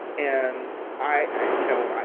and i you know,